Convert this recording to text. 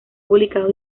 publicado